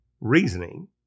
reasoning